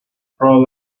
pro